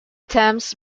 thames